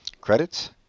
credits